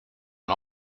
and